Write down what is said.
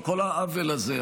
כל העוול הזה,